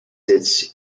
its